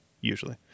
Usually